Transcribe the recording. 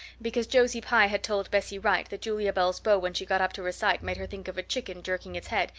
because josie pye had told bessie wright that julia bell's bow when she got up to recite made her think of a chicken jerking its head,